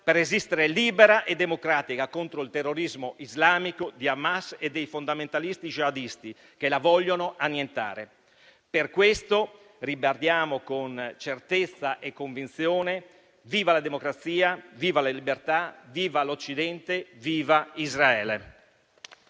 per esistere libera e democratica, contro il terrorismo islamico di Hamas e dei fondamentalisti jihadisti, che la vogliono annientare. Per questo ribadiamo con certezza e convinzione: viva la democrazia, viva la libertà, viva l'Occidente, viva Israele!